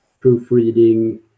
proofreading